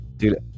Dude